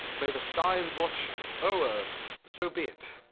may the seints watch o'er, so be it!